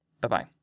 Bye-bye